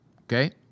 Okay